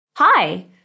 Hi